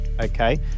Okay